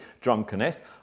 drunkenness